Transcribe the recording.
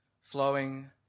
Flowing